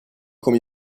come